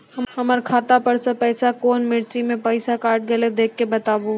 हमर खाता पर से पैसा कौन मिर्ची मे पैसा कैट गेलौ देख के बताबू?